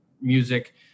music